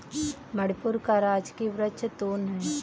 मणिपुर का राजकीय वृक्ष तून है